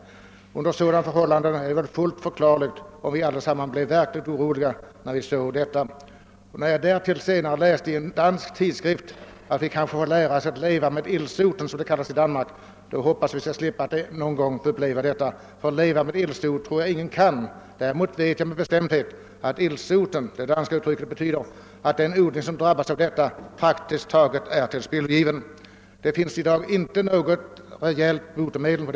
Under sådana förhållanden är det fullt förklarligt att vi blev verkligt oroliga, när vi fick höra talas om detta hot mot oss. När jag dessutom senare läste i en dansk tidskrift att vi kanske måste lära oss att leva med ildsoten, som sjukdomen kallas i Danmark, hoppades jag verkligen att vi skulle slippa att någon gång uppleva detta. Att leva med ildsoten tror jag nämligen inte är möjligt för någon fruktodlare. Däremot vet jag med bestämdhet att en odling som drabbas av den praktiskt taget är tillspillogiven. Det finns i dag inget effektivt botemedel mot päronpesten.